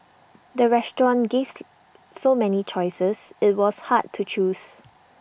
the restaurant gave so many choices IT was hard to choose